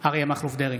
אריה מכלוף דרעי,